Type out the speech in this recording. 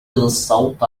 الصوت